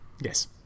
Yes